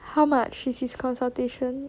how much is his consultation